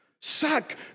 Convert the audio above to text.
Suck